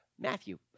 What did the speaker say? Matthew